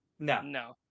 No